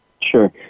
sure